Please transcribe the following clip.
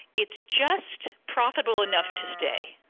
it's just profitable enough to stay.